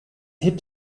hip